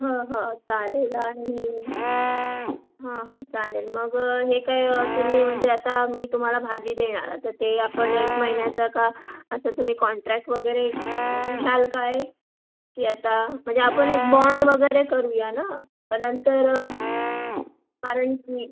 हां हां चालेल आणि हां हां चालेल मग हे काय तुम्ही म्हणजे आता मी तुम्हाला भाजी देणार ते आपण एक महिन्याचं का असं तुम्ही कॉन्ट्रक्ट वगैरे घ्याल काय की आता म्हणजे आपण एक बाँड वगैरे करूया ना मग नंतर कारण की